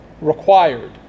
required